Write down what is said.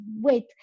wait